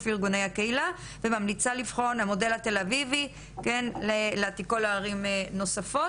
ארגוני הקהילה וממליצה לבחון את המודל התל אביבי ולממשו בערים נוספות..".